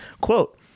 quote